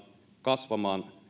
kasvamaan